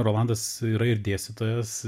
rolandas yra ir dėstytojas